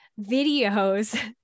videos